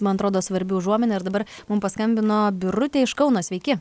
man atrodo svarbi užuomina ir dabar mum paskambino birutė iš kauno sveiki